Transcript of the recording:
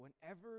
whenever